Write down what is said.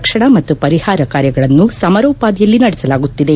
ರಕ್ಷಣಾ ಮತ್ತು ಪರಿಹಾರ ಕಾರ್ಯಗಳನ್ನು ಸಮರೋಪಾದಿಯಲ್ಲಿ ನಡೆಸಲಾಗುತ್ತಿದೆ